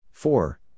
Four